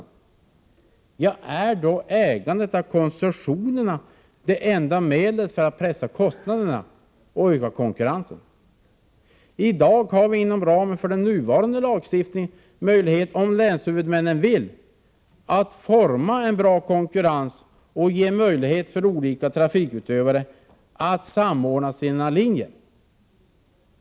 Ja, men är då ägandet av koncessionerna det enda medlet när det gäller att pressa kostnaderna och öka konkurrensen? I dag har vi inom ramen för nuvarande lagstiftning möjlighet att, om länshuvudmännen så vill, forma en bra konkurrens och ge olika trafikutövare möjlighet att samordna sina linjer.